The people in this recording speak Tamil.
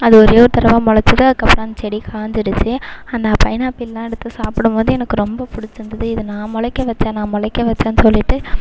அது ஒரேயொரு தடவை முளைச்சிது அதுக்கப்புறம் அந்த செடி காஞ்சிடுச்சு அந்த பைனாப்பிள்லாம் எடுத்து சாப்பிடும்போது எனக்கு ரொம்ப பிடிச்சிருந்துது இது நான் முளைக்க வைச்சேன் நான் முளைக்க வைச்சேன்னு சொல்லிட்டு